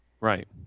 Right